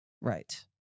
right